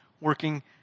working